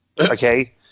Okay